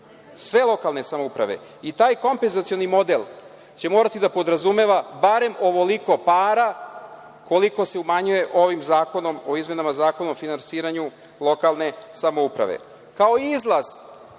sve lokalne samouprave i taj kompenzacioni model će morati da podrazumeva barem ovoliko para koliko se umanjuje ovim zakonom o izmenama Zakona o finansiranju lokalne samouprave. Kao izlaz